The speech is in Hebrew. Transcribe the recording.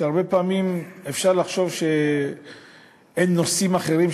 שהרבה פעמים אפשר לחשוב שאין נושאים אחרים,